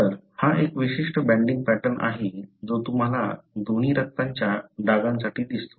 तर हा एक विशिष्ट बँडिंग पॅटर्न आहे जो तुम्हाला दोन्ही रक्ताच्या डागांसाठी दिसतो